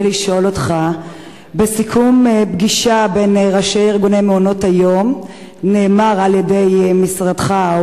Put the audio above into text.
בסיכום פגישה בין ראשי ארגוני מעונות-היום נאמר על-ידי משרדך,